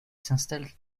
s’installe